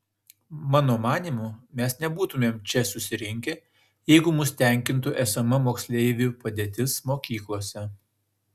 mano manymu mes nebūtumėm čia susirinkę jeigu mus tenkintų esama moksleivių padėtis mokyklose